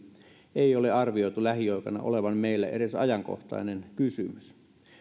ei ole arvioitu lähiaikoina olevan meille edes ajankohtainen kysymys